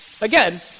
Again